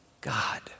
God